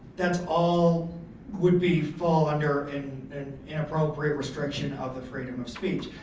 that's all would be fall under an inappropriate restriction of the freedom of speech.